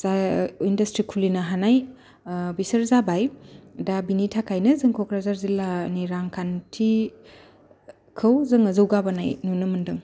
जाय इन्दास्ट्रि खुलिनो हानाय बिसोर जाबाय दा बिनि थाखायनो जों क'क्राझार जिल्लानि रांखान्थिखौ जोङो जौगाबोनाय नुनो मोनदों